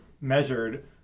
measured